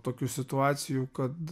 tokių situacijų kad